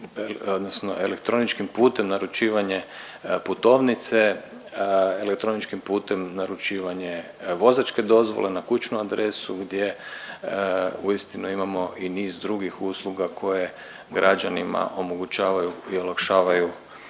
odnosno elektroničkim putem naručivanje putovnice, elektroničkim putem naručivanje vozačke dozvole na kućnu adresu gdje uistinu imamo i niz drugih usluga koje građanima omogućavaju i olakšavaju